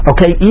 Okay